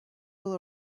will